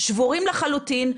שבורים לחלוטין.